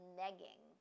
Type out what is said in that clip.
negging